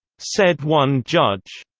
said one judge,